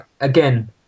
Again